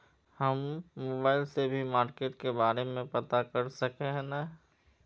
हम मोबाईल से भी मार्केट के बारे में पता कर सके है नय?